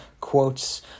quotes